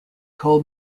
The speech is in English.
coal